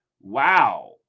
Wow